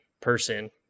person